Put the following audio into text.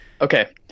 okay